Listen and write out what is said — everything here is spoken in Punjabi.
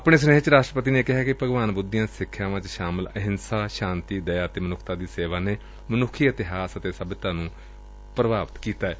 ਆਪਣੇ ਸੁਨੇਹੇ 'ਚ ਰਾਸ਼ਟਰਪਤੀ ਨੇ ਕਿਹਾ ਕਿ ਭਗਵਾਨ ਬੁੱਧ ਦੀਆਂ ਸਿੱਖਿਆਵਾਂ 'ਚ ਸ਼ਾਮਲ ਅਹਿੰਸਾ ਸ਼ਾਤੀ ਦਇਆ ਅਤੇ ਮਨੁੱਖਤਾ ਦੀ ਸੇਵਾ ਨੇ ਮਨੁੱਖੀ ਇਤਿਹਾਸ ਅਤੇ ਸੱਭਿਅਤਾ ਨੂੰ ਪ੍ਰਭਾਵਿਤ ਕੀਤਾ ਏ